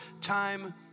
time